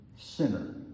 sinner